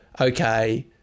okay